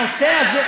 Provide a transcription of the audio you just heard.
הנושא הזה,